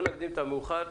לא נקדים את המאוחר.